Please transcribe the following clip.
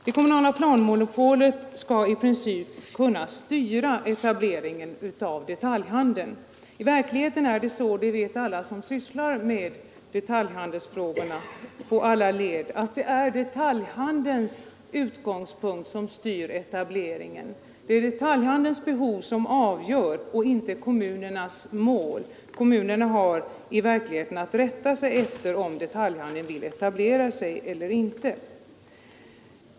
Det kommunala planmonopolet skall i princip kunna styra etableringen av detaljhandeln. I verkligheten är det så — det vet alla som sysslar med detaljhandelsfrågorna i olika led — att det är detaljhandelns utgångspunkt som styr etableringen. Det är detaljhandelns behov och inte kommunernas mål som avgör. Kommunerna har i verkligheten att rätta sig efter om detaljhandeln vill etablera sig eller inte.